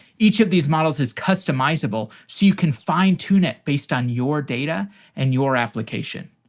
each of these models is customizable so you can fine tune it based on your data and your application.